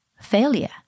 failure